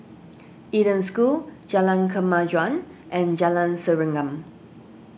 Eden School Jalan Kemajuan and Jalan Serengam